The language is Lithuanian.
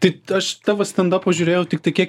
tai aš tavo stendapą žiūrėjau tiktai kiek